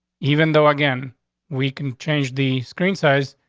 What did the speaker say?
even though again we can change the screen size,